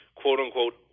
quote-unquote